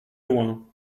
loin